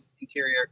interior